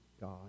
God